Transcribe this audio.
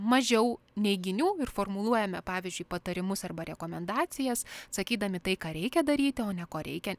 mažiau neiginių ir formuluojame pavyzdžiui patarimus arba rekomendacijas sakydami tai ką reikia daryti o ne ko reikia